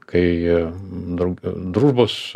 kai draug družbos